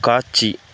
காட்சி